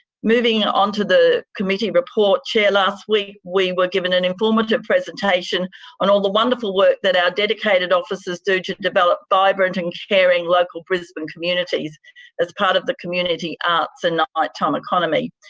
moving and on to the committee report, chair. last week we were given an informative presentation on all the wonderful work that our dedicated officers do to develop vibrant and caring local brisbane communities as a part of the community arts and nighttime economy.